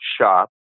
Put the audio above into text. shop